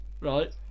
right